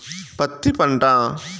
పత్తి పంట